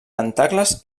tentacles